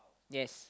yes